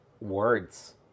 words